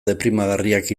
deprimigarriak